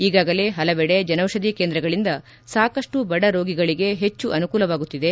ಈಗಾಗಲೇ ಹಲವೆಡೆ ಜನೌಷಧಿ ಕೇಂದ್ರಗಳಿಂದ ಸಾಕಷ್ಟು ಬಡರೋಗಿಗಳಿಗೆ ಹೆಚ್ಚು ಅನುಕೂಲವಾಗುತ್ತಿದೆ